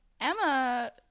Emma